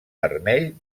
vermell